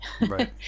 Right